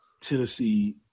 Tennessee